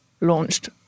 launched